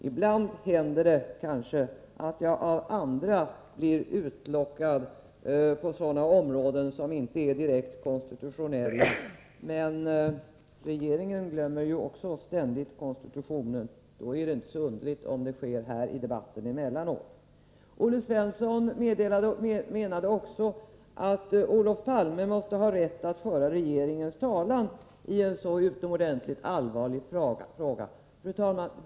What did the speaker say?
Det kan ibland hända att jag av andra blivit utlockad på sådana områden som inte är direkt konstitutionella, men även regeringen glömmer ju ständigt konstitutionen, och då är det inte så underligt om vi emellanåt gör det här i debatten. Olle Svensson menade att Olof Palme måste ha rätt att föra regeringens talan i en så utomordentligt allvarlig fråga.